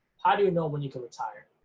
how do you know when you can retire?